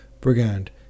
Brigand